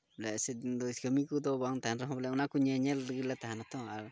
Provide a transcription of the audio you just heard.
ᱥᱮᱭ ᱫᱤᱱ ᱫᱚ ᱠᱟᱹᱢᱤ ᱠᱚᱫᱚ ᱵᱟᱝ ᱛᱟᱦᱮᱱᱟ ᱵᱚᱞᱮ ᱚᱱᱟ ᱠᱚ ᱧᱮᱧᱮᱞ ᱞᱟᱹᱜᱤᱫ ᱞᱮ ᱛᱟᱦᱮᱱᱟ ᱛᱚ ᱟᱨ